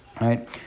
right